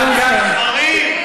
ספרים.